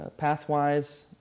pathwise